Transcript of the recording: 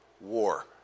war